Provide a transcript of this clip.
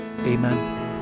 Amen